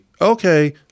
okay